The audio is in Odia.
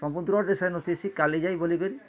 ସମୁଦ୍ରରେ ସେନୁ ଥିସି କାଲିଜାଈ ବୋଲି କରି